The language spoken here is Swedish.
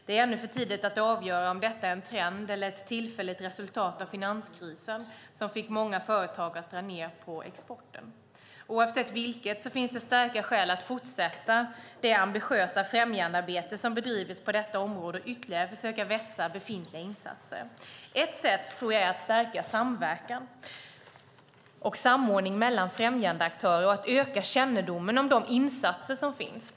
Det är ännu för tidigt att avgöra om detta är en trend eller ett tillfälligt resultat av finanskrisen, som fick många företag att dra ned på exporten. Oavsett vilket finns det starka skäl att fortsätta det ambitiösa främjandearbete som bedrivits på detta område och ytterligare försöka vässa befintliga insatser. Ett sätt tror jag är att stärka samverkan och samordning mellan främjandeaktörer och att öka kännedomen om de insatser som finns.